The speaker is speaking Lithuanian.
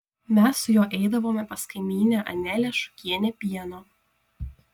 mes su juo eidavome pas kaimynę anelę šukienę pieno